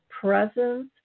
Presence